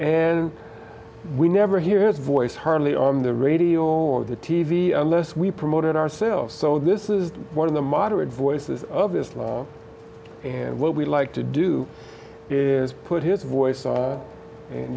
never hear his voice hardly on the radio or the t v unless we promote it ourselves so this is one of the moderate voices of islam and what we'd like to do is put his voice